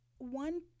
One